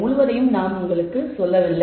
முழுவதையையும் நாங்கள் உங்களுக்கு வழங்கவில்லை